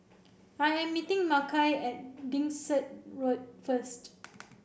I am meeting Makai at Dickson Road first